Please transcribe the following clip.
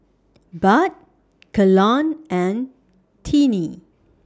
Bud Kelan and Tiney